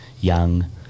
young